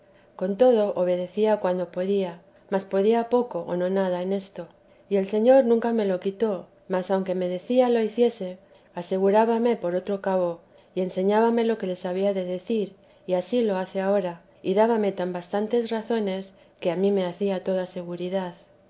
con todo obedecía cuanto podía mas podía poco o nada en esto y el señor nunca me lo quitó mas aunque me decía lo hiciese asegurábame por otro cabo y enseñábame lo que les había de decir y ansí lo hace ahora y dábame tan bastantes razones que a mí me hacía toda seguridad